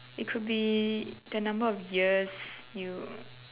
it could be the number of years you